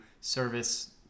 service